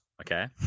okay